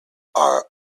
are